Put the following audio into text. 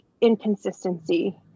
inconsistency